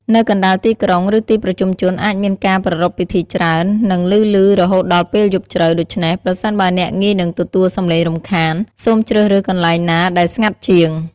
នៅកណ្តាលទីក្រុង ឬទីប្រជុំជនអាចមានការប្រារព្ធពិធីច្រើន និងឮៗរហូតដល់ពេលយប់ជ្រៅ ដូច្នេះ ប្រសិនបើអ្នកងាយនឹងទទួលសំឡេងរំខាន សូមជ្រើសរើសកន្លែងណាដែលស្ងាត់ជាង។